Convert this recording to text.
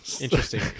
interesting